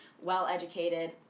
Well-educated